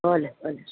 ભલે ભલે